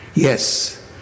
Yes